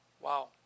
Wow